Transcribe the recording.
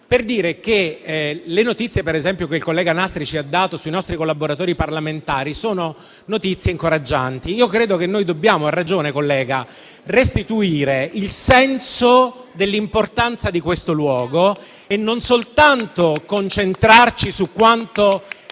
per dire che le notizie che il collega Nastri ci ha dato sui nostri collaboratori parlamentari sono incoraggianti. Credo che noi dobbiamo restituire il senso dell'importanza di questo luogo. Non concentrarci soltanto